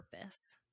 purpose